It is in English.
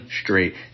straight